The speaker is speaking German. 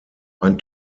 ein